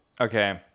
okay